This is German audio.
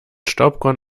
staubkorn